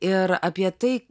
ir apie tai